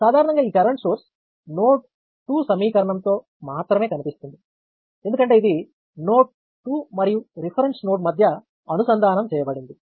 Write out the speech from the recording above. సాధారణంగా ఈ current source node 2 సమీకరణంలో మాత్రమే కనిపిస్తుంది ఎందుకంటే ఇది నోడ్ 2 మరియు రిఫరెన్స్ నోడ్ మధ్య అనుసంధానం చేయబడింది